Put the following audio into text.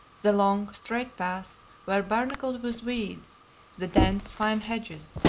the long, straight paths were barnacled with weeds the dense, fine hedges,